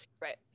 Right